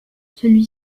celui